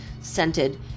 scented